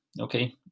Okay